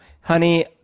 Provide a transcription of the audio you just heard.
honey